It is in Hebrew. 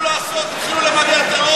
אז תפסיקו לבכות, תחילו לעשות, תתחילו למגר טרור.